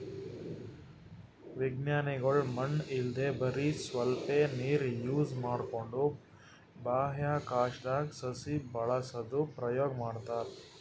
ವಿಜ್ಞಾನಿಗೊಳ್ ಮಣ್ಣ್ ಇಲ್ದೆ ಬರಿ ಸ್ವಲ್ಪೇ ನೀರ್ ಯೂಸ್ ಮಾಡ್ಕೊಂಡು ಬಾಹ್ಯಾಕಾಶ್ದಾಗ್ ಸಸಿ ಬೆಳಸದು ಪ್ರಯೋಗ್ ಮಾಡ್ತಾರಾ